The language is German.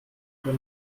oder